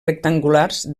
rectangulars